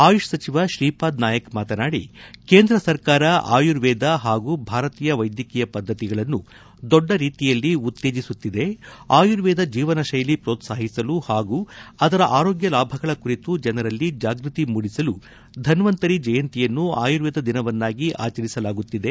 ಆಯುಷ್ ಸಚಿವ ಶ್ರೀಪಾದ್ ನಾಯಕ್ ಮಾತನಾಡಿ ಕೇಂದ್ರ ಸರ್ಕಾರ ಆಯುರ್ವೇದ ಹಾಗೂ ಭಾರತೀಯ ವೈದ್ಯಕೀಯ ಪದ್ದತಿಗಳನ್ನು ದೊಡ್ಡ ರೀತಿಯಲ್ಲಿ ಉತ್ತೇಜಿಸುತ್ತಿದೆ ಆಯುರ್ವೇದ ಜೀವನ ಶೈಲಿ ಪೋತ್ಸಾಹಿಸಲು ಹಾಗೂ ಅದರ ಆರೋಗ್ಯ ಲಾಭಗಳ ಕುರಿತು ಜನರಲ್ಲಿ ಜಾಗೃತಿ ಮೂಡಿಸಲು ಧನ್ವಂತರಿ ಜಯಂತಿಯನ್ನು ಆಯುರ್ವೇದ ದಿನವನ್ನಾಗಿ ಆಚರಿಸಲಾಗುತ್ತಿದೆ